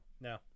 No